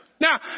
Now